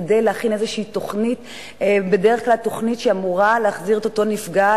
כדי להכין איזו תוכנית שאמורה להחזיר את אותו נפגע,